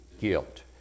guilt